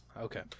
Okay